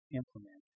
implement